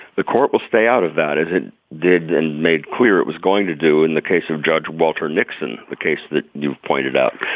the court will stay out of that as it did and made clear it was going to do in the case of judge walter nixon the case that you've pointed out.